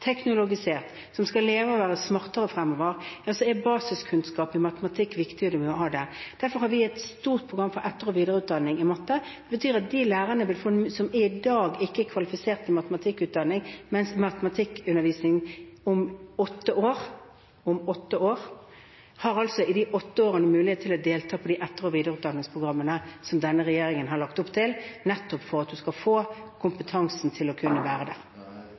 teknologisert, som skal leve av å være smartere fremover, er basiskunnskap i matematikk viktig – det må man ha. Derfor har vi et stort program for etter- og videreutdanning i matematikk. Det betyr at de lærerne som i dag ikke er kvalifisert til å undervise i matematikk om åtte år, i de åtte årene har mulighet til å delta på de etter- og videreutdanningsprogrammene som denne regjeringen har lagt opp til, nettopp for at man skal få kompetanse til å kunne